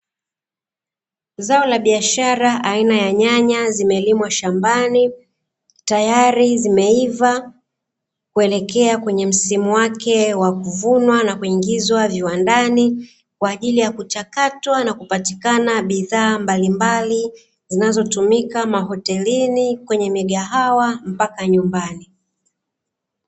Zao la biashara aina ya nyanya zimelimwa shambani, tayari zimeiva kuelekea kwenye msimu wake wa kuvunwa na kuingizwa viwandani, kwa ajili ya kuchakatwa na kupatikana bidhaa mbalimbali, zinazotumika mahotelini, kwenye migahawa mpaka nyumbani.